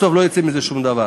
כשבסוף לא יוצא מזה שום דבר.